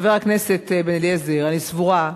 חבר הכנסת בן-אליעזר, אני סבורה,